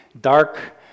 dark